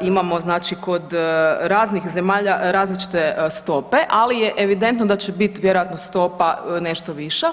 imamo znači kod raznih zemalja različite stope, ali je evidentno da će biti vjerojatno stopa nešto viša.